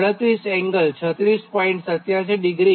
87° ampere મળે